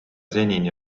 senini